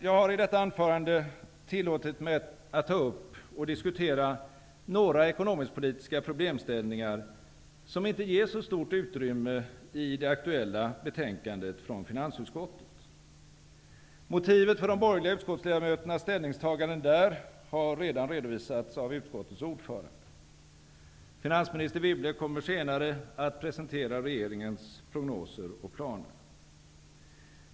Jag har i detta anförande tillåtit mig att ta upp och diskutera några ekonomisk-politiska problemställningar som inte ges så stort utrymme i det aktuella betänkandet från finansutskottet. Motivet för de borgerliga utskottsledamöternas ställningstaganden där har redan redovisats av utskottets ordförande. Finansminister Wibble kommer senare att presentera regeringens prognoser och planer.